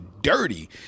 dirty